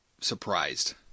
surprised